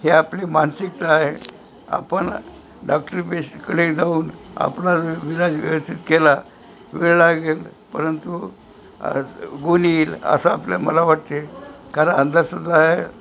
हे आपली मानसिकता आहे आपण डॉक्टरीपेशेकडे जाऊन आपणास इलाज व्यवस्थित केला वेळ लागेल परंतु गूण येईल असं आपल्या मला वाटते कारण अंधश्रद्धा हे